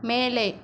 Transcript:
மேலே